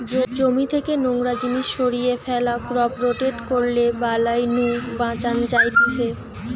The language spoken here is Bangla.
জমি থেকে নোংরা জিনিস সরিয়ে ফ্যালা, ক্রপ রোটেট করলে বালাই নু বাঁচান যায়তিছে